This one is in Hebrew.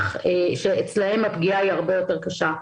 אצלם הפגיעה הרבה יותר קשה.